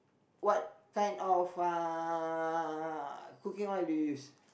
what kind of uh cooking oil do you use